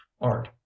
art